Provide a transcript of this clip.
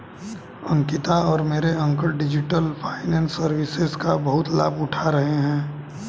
अंकिता और मेरे uncle digital finance services का बहुत लाभ उठा रहे हैं